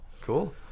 Cool